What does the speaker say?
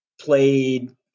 Played